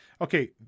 Okay